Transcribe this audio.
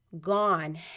gone